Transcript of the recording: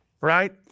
Right